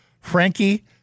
Frankie